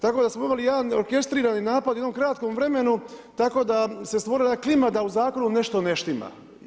Tako da smo dobili jedan orkestrirani napad u jednom kratkom vremenu, tako da se stvorila jedna klima, da u zakonu nešto ne štima.